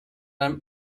einem